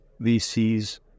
VCs